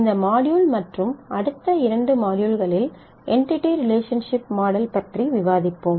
இந்த மாட்யூல் மற்றும் அடுத்த இரண்டு மாட்யூல்களில் என்டிடி ரிலேஷன்சிப் மாடல் பற்றி விவாதிப்போம்